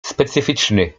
specyficzny